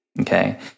Okay